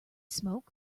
smoke